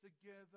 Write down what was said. together